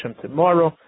tomorrow